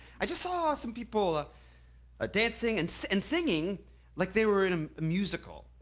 i just saw some people ah ah dancing and so and singing like they were in a musical.